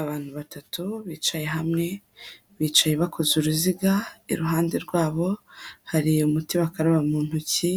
Abantu batatu, bicaye hamwe, bicaye bakoze uruziga, iruhande rwabo, hari umuti bakaraba mu ntoki,